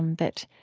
um that,